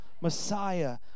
Messiah